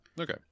Okay